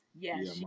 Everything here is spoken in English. Yes